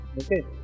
Okay